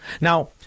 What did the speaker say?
Now